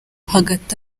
hagati